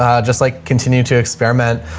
um just like continue to experiment.